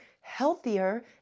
healthier